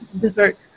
dessert